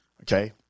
okay